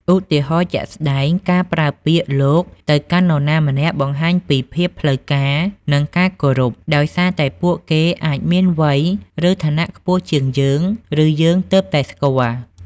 ឧទាហរណ៍ជាក់ស្តែង ការប្រើពាក្យ លោក ទៅកាន់នរណាម្នាក់បង្ហាញពីភាពផ្លូវការ និងការគោរព ដោយសារតែពួកគេអាចមានវ័យ ឬឋានៈខ្ពស់ជាងយើង ឬយើងទើបតែស្គាល់។